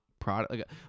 product